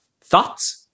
thoughts